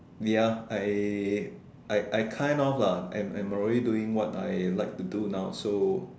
ya I I I kind of lah I'm I'm already doing what I like to do now so